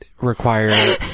require